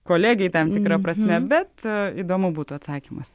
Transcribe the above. kolegei tam tikra prasme bet įdomu būtų atsakymas